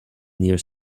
near